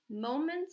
moments